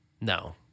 No